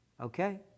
okay